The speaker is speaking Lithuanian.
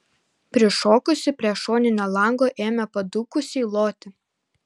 prišokusi prie šoninio lango ėmė padūkusiai loti